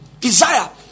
Desire